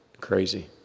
crazy